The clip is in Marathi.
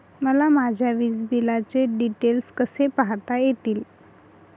मला माझ्या वीजबिलाचे डिटेल्स कसे पाहता येतील?